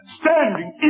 standing